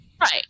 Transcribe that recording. Right